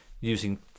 using